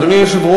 זהו,